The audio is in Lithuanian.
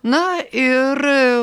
na ir